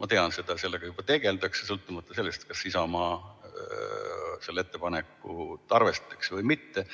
Ma tean, sellega juba tegeldakse, sõltumata sellest, kas Isamaa seda ettepanekut arvestatakse või mitte.